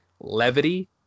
levity